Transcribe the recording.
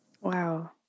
Wow